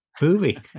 movie